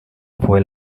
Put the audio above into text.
fue